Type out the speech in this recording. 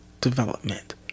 development